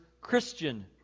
Christian